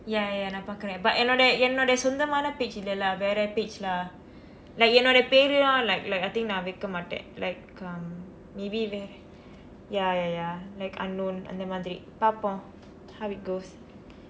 ya ya நான் பார்க்குறேன்:naan parkkureen but என்னோட என்னோட சொந்தம்மான:ennooda ennooda sonthammaana page இல்லை:illai lah வேற:veera page lah like என்னோட பெயரும்:ennooda peyarum like like I think நான் வைக்க மாட்டேன்:naan vaikka matten like um maybe ya ya ya like unknown அந்த மாதிரி பார்ப்போம்:antha maathirir parpom how it goes